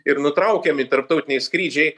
ir nutraukiami tarptautiniai skrydžiai